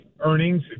Earnings